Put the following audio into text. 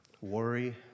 worry